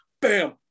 bam